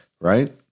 right